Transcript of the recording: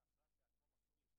זה שהיא לא עשתה את זה בשביל עצמה,